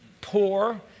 poor